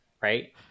right